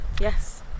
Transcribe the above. yes